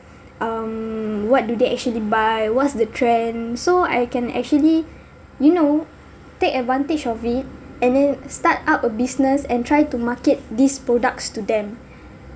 um what do they actually buy what's the trend so I can actually you know take advantage of it and then start up a business and try to market these products to them